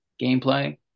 gameplay